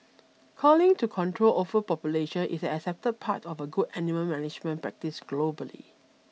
culling to control overpopulation is an accepted part of good animal management practice globally